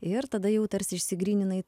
ir tada jau tarsi išsigryninai